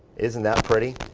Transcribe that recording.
isn't that pretty?